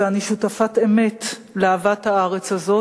ואני שותפת אמת לאהבת הארץ הזאת,